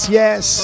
yes